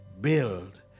build